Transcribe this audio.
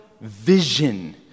vision